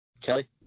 Kelly